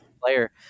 player